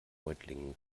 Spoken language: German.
reutlingen